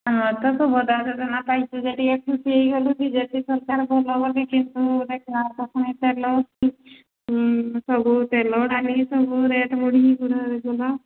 ଆମେ ତ ସୁଭଦ୍ରା ଯୋଜନା ପାଇଛୁ ଯେ ଟିକିଏ ଖୁସି ହୋଇଗଲୁ ଯେ ବି ଜେ ପି ସରକାର ଭଲ ବୋଲି କିନ୍ତୁ ଦେଖିବା ପ୍ରଥମେ ତେଲ ସବୁ ତେଲ ଡାଲି ସବୁ ରେଟ୍ ବଢ଼ିକି ପୁରା ଦେଖୁନ